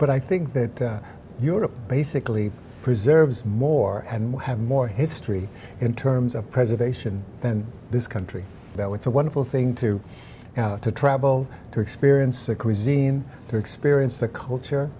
but i think that europe basically preserves more and have more history in terms of preservation than this country well it's a wonderful thing to out to travel to experience the craziness to experience the culture